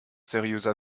seriöser